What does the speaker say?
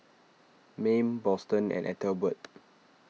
Mayme Boston and Ethelbert